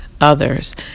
others